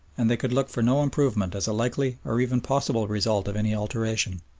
and they could look for no improvement as a likely or even possible result of any alteration.